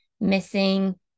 missing